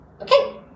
Okay